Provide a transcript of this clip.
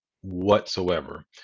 whatsoever